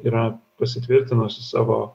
yra pasitvirtinusios savo